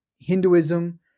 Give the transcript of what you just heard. Hinduism